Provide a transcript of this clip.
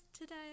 today